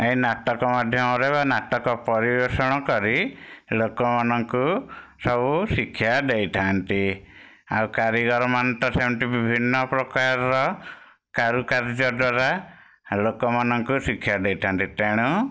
ଏଇ ନାଟକ ମାଧ୍ୟମରେ ବା ନାଟକ ପରିବେଷଣ କରି ଲୋକମାନଙ୍କୁ ସବୁ ଶିକ୍ଷା ଦେଇଥାନ୍ତି ଆଉ କାରିଗର ମାନେ ତ ସେମତି ବିଭିନ୍ନ ପ୍ରକାରର କାରୁ କାର୍ଯ୍ୟ ଦ୍ବାରା ଲୋକମାନଙ୍କୁ ଶିକ୍ଷା ଦେଇଥାନ୍ତି ତେଣୁ